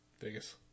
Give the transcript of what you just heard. vegas